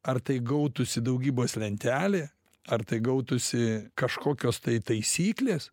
ar tai gautųsi daugybos lentelė ar tai gautųsi kažkokios tai taisyklės